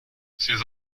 ces